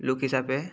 লোক হিচাপে